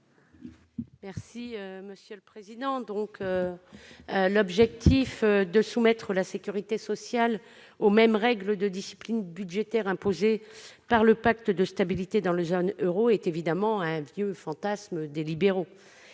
présenter l'amendement n° 4. Le fait de soumettre la sécurité sociale aux règles de discipline budgétaire imposées par le pacte de stabilité dans la zone euro est évidemment un vieux fantasme des libéraux.